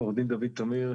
עו"ד דוד טמיר.